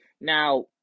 Now